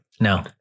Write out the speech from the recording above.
No